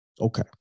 Okay